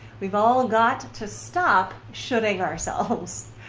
we've all got to stop shoulding ourselves.